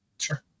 Sure